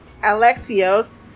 Alexios